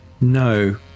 No